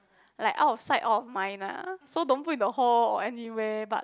like out of sight out of mind lah so don't put in the hall or anywhere but